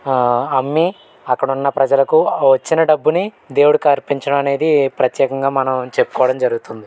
అమ్మి అక్కడున్న ప్రజలకు వచ్చిన డబ్బుని దేవుడికి అర్పించడం అనేది ప్రత్యేకంగా మనం చెప్పుకోవడం జరుగుతుంది